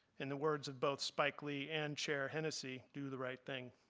in the words of both spike lee and chair hennessy, do the right thing.